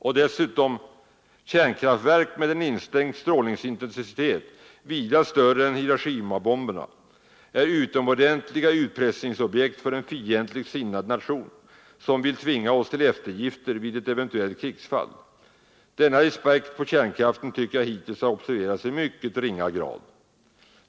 Och dessutom är kärnkraftverk med en instängd strålningsintensitet vida större än Hiroshimabombernas utomordentliga utpressningsobjekt för en fientligt sinnad nation, som vill tvinga oss till eftergifter vid ett eventuellt krigsfall. Denna aspekt på kärnkraften tycker jag hittills har observerats i mycket ringa grad.